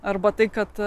arba tai kad